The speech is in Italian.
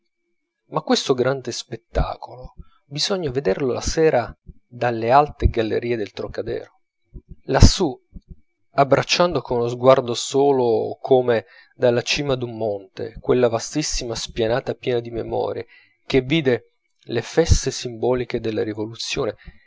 ma questo grande spettacolo bisogna vederlo la sera dalle alte gallerie del trocadero lassù abbracciando con uno sguardo solo come dalla cima d'un monte quella vastissima spianata piena di memorie che vide le feste simboliche della rivoluzione